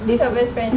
who's your best friend